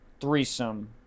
threesome